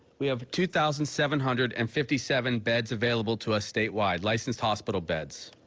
we have two thousand seven hundred and fifty seven beds available to us statewide. licensed hospital beds.